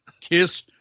Kiss